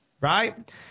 right